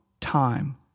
time